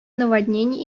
наводнений